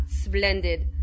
splendid